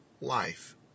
life